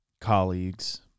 colleagues